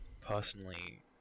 personally